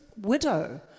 widow